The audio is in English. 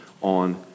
on